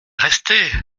restez